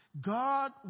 God